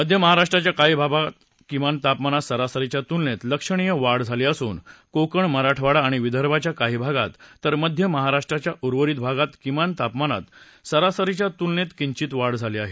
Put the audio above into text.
मध्य महाराष्ट्राच्या काही भागात किमान तापमानात सरासरीच्या तूलनेत लक्षणीय वाढ झाली असून कोकण मराठवाडा आणि विदर्भाच्या काही भागात तर मध्य महाराष्ट्राच्या उर्वरित भागात किमान तापमानात सरासरीच्या तुलनेत किंचित वाढ झाली आहे